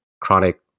chronic